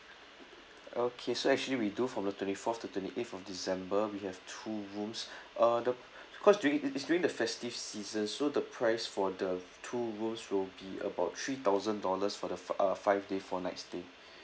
okay so actually we do from the twenty fourth to twenty eight of december we have two rooms uh the cause during it's during the festive season so the price for the two rooms will be about three thousand dollars for the fi~ uh five days four nights stay